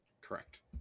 Correct